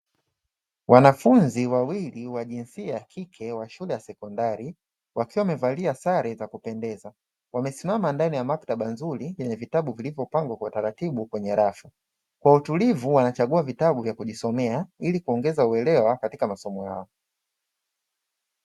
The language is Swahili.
Wanafunzi wawili wa jinsia ya kike wa shule ya sekondari wakiwa wamevalia sare za kupendeza wamesima ndani ya maktaba nzuri, yenye vitabu vilivyopangwa kwa utaratibu kwenye rafu kwa utulivu wanachagua vitabu vya kujisomea ili kuongeza uelewa katika masomo yao.